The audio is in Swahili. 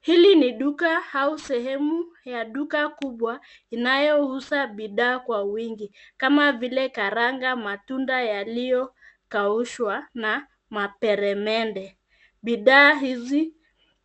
Hili ni duka au sehemu ya duka kubwa inayouza bidhaa kwa uwingi kama vile karanga, matunda yaliyokaushwa na maperemende. Bidhaa hizi